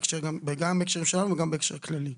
גם בהקשרים שלנו וגם בהקשר כללי,